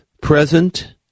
present